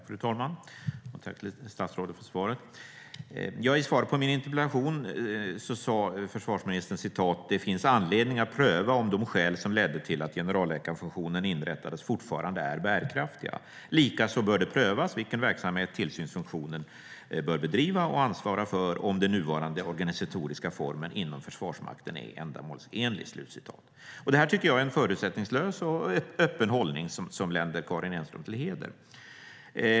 Fru talman! Tack, statsrådet, för svaret! I svaret på min interpellation sade försvarsministern: "Det finns anledning att pröva om de skäl som ledde till att generalläkarfunktionen inrättades fortfarande är bärkraftiga. Likaså bör det prövas vilken verksamhet tillsynsfunktionen bör bedriva och ansvara för och om den nuvarande organisatoriska formen inom Försvarsmakten är ändamålsenlig. Vidare finns det anledning att analysera om författningsstödet är ändamålsenligt." Det här tycker jag är en förutsättningslös och öppen hållning som länder Karin Enström till heder.